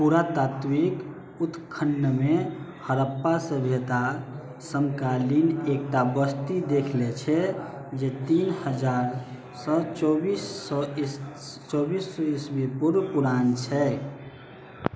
पुरातात्विक उत्खननमे हड़प्पा सभ्यता समकालीन एकटा बस्ती देखले छै जे तीन हजारसँ चौबीस सए ईस्वी पूर्व पुरान छै